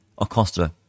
Acosta